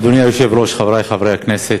אדוני היושב-ראש, חברי חברי הכנסת,